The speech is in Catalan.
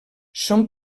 són